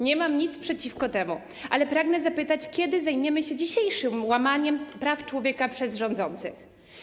Nie mam nic przeciwko temu, ale pragnę zapytać: Kiedy zajmiemy się dzisiejszym łamaniem praw człowieka przez rządzących?